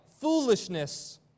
foolishness